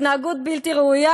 התנהגות בלתי ראויה,